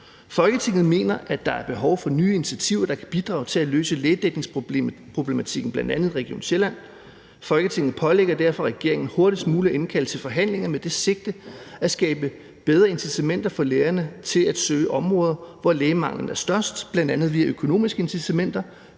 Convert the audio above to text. Folketinget mener, at der er behov for nye initiativer, der kan bidrage til at løse lægedækningsproblematikken bl.a. i Region Sjælland. Folketinget pålægger derfor regeringen hurtigst muligt at indkalde til forhandlinger med det sigte at skabe bedre incitamenter for lægerne til at søge områder, hvor lægemanglen er størst bl.a. via økonomiske incitamenter,